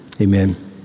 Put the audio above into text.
amen